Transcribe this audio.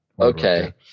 okay